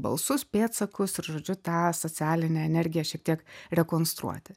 balsus pėdsakus ir žodžiu tą socialinę energiją šiek tiek rekonstruoti